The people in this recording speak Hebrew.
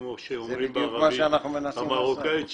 כפי שאומרים בערבית המרוקאית שלי,